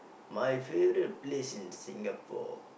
my favourite place in Singapore